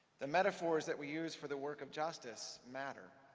the metaphors that we use for the work of justice matter.